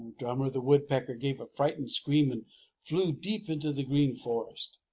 drummer the woodpecker gave a frightened scream and flew deep into the green forest.